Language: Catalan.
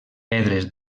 pedres